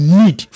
need